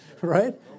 right